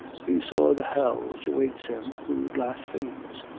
he saw the hell which awaits him who blasphemes.